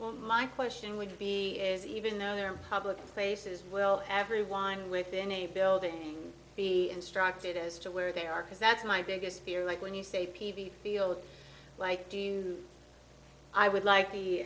when my question would be is even though they're public places well everyone within a building be instructed as to where they are because that's my biggest fear like when you say p v feels like do i would like